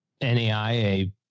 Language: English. NAIA